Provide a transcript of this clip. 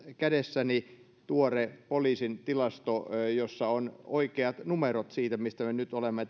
kädessäni tuore poliisin tilasto jossa on oikeat numerot siitä mistä me nyt olemme